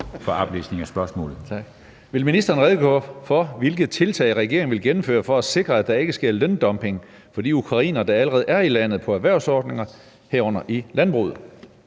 for oplæsning af spørgsmålet.